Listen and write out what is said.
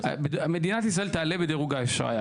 מדינת ישראל תעלה בדירוג האשראי.